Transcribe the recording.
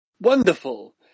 Wonderful